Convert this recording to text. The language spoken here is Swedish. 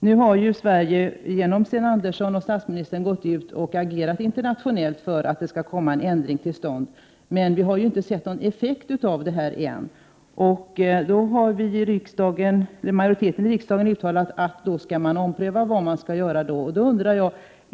Nu har Sverige genom Sten Andersson och statsministern agerat internationellt för att vi skall få ändring till stånd, men vi har ännu inte sett någon effekt av detta. En majoritet i riksdagen har uttalat att man då skall ompröva frågan om vad man skall göra.